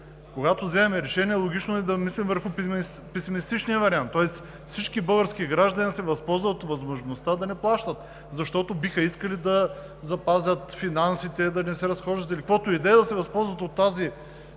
Когато вземем решение, логично е да мислим върху песимистичния вариант, тоест всички български граждани да се възползват от възможността да не плащат, защото биха искали да запазят финансите, да не се разхождат или каквото и да е – да се възползват от този